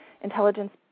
intelligence